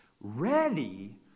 ready